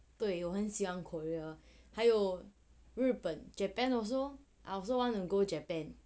对我很喜欢 korea 还有日本 japan also I also want to go japan